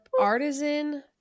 artisan